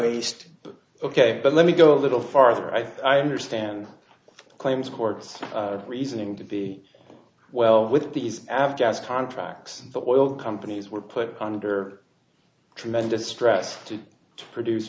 but ok but let me go a little farther i think i understand claims courts reasoning to be well with these afghans contracts the oil companies were put under tremendous stress to produce